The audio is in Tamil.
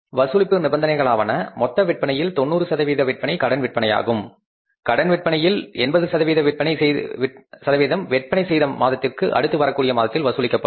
வசூலிப்பு நிபந்தனைகளாவன மொத்த விற்பனையில் 90 சதவீத விற்பனை கடன் விற்பனையாகும் கடன் விற்பனையில் 80 விற்பனை செய்த மாதத்திற்கு அடுத்து வரக்கூடிய மாதத்தில் வசூலிக்கப்படும்